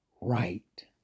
right